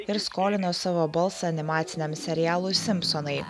ir skolino savo balsą animaciniam serialui simpsonai